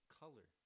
color